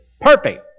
perfect